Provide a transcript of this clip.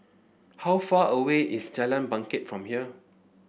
how far away is Jalan Bangket from here